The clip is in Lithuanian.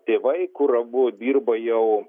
tėvai kur abu dirba jau